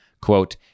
quote